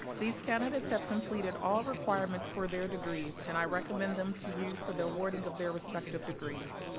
these candidates have completed all requirements for their degrees and i recommend them to you for the awarding of their respective degrees.